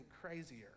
crazier